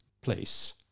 place